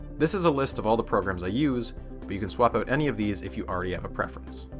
this is a list of all the programs i use, but you can swap out any of these if you already have a preference.